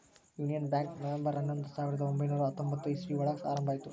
union Bank November ಹನ್ನೊಂದು ಸಾವಿರದ ಒಂಬೈನುರ ಹತ್ತೊಂಬತ್ತು ಇಸ್ವಿ ಒಳಗ ಆರಂಭ ಆಯ್ತು